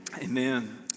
amen